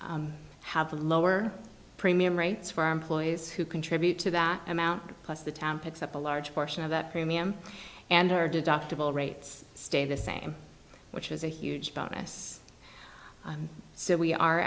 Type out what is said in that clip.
have lower premium rates for employees who contribute to that amount plus the town picks up a large portion of that premium and are deductible rates stay the same which is a huge bonus and so we are